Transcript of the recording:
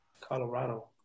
Colorado